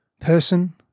person